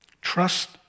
Trust